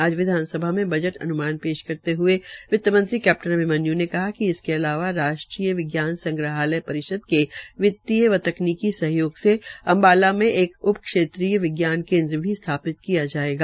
आज विधासभा में बजट अनुमान पेश करेत हये वित्तमंत्री कैप्टन अभिमन्यू ने कहा कि इसके अलावा राष्ट्रीय विज्ञान संग्रहालय परिषद के वित्तीय व तकनीकी सहयोग से अम्बाला में एक उप क्षेत्रीय विज्ञान केन्द्र भी स्थापित किया जायेगा